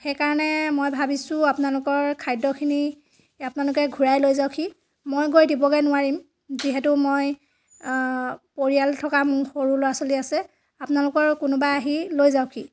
সেই কাৰণে মই ভাবিছোঁ আপোনালোকৰ খাদ্যখিনি আপোনালোকে ঘূৰাই লৈ যাওকহি মই গৈ দিবগৈ নোৱাৰিম যিহেতু মই পৰিয়াল থকা মোৰ সৰু ল'ৰা ছোৱালী আছে আপোনালোকৰ কোনোবা আহি লৈ যাওকহি